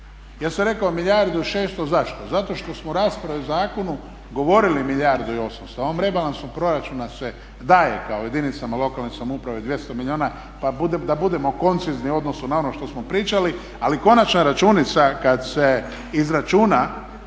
Ja sam rekao milijardu i 600, zašto? Zato što smo u raspravi o zakonu govorili milijardu i 800, a u ovom rebalansu proračuna se daje kao jedinicama lokalne samouprave 200 milijuna pa da budemo koncizni u odnosu na ono što smo pričali ali konačna računica kad se izračuna